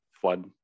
flood